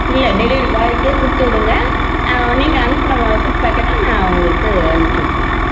இல்லை டெலிவரி பாய்கிட்ட குடுத்துவிடுங்க நீங்கள் அனுப்பின ஃபுட் பாக்கெட்டை நான் உங்களுக்கு அனுப்பிச்சுட்றேன்